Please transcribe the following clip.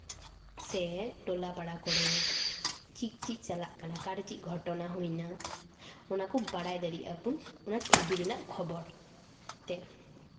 ᱥᱮ ᱴᱚᱞᱟ ᱯᱟᱲᱟ ᱠᱚᱨᱮ ᱪᱮᱫ ᱪᱮᱫ ᱪᱟᱞᱟᱜ ᱠᱟᱱᱟ ᱚᱱᱟᱨᱮ ᱪᱮᱫ ᱜᱷᱚᱴᱚᱱᱟ ᱦᱩᱭᱱᱟ ᱚᱱᱟ ᱠᱚ ᱵᱟᱲᱟᱭ ᱫᱟᱲᱮᱭᱟᱜ ᱵᱚᱱ ᱚᱱᱟ ᱴᱤᱵᱷᱤ ᱨᱮᱱᱟᱜ ᱠᱷᱚᱵᱚᱨ ᱛᱮ